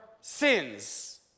sins